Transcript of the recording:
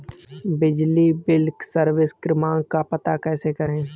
बिजली bill service क्रमांक का पता कैसे करें?